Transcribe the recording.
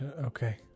okay